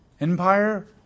empire